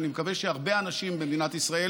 ואני מקווה שהרבה אנשים במדינת ישראל